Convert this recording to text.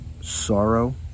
Sorrow